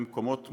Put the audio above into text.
במקומות מועדים,